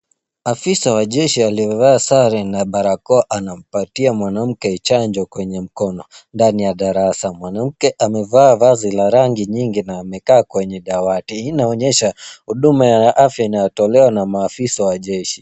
Afisa wa jeshi aliyevaa sare na barakoa anampatia mwanamke chanjo kwenye mkono ndani ya darasa. Mwanamke amevaa vazi la rangi nyingi na amekaa kwenye dawati. Hii inaonyesha huduma ya afya inayotolewa na maafisa wa jeshi.